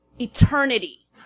eternity